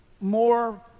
more